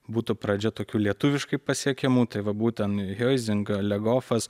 būtų pradžia tokių lietuviškai pasiekiamų tai va būtent hiuizingo legofas